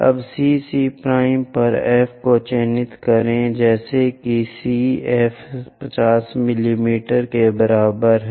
अब CC' पर F को चिह्नित करें जैसे कि CF 50 मिमी के बराबर है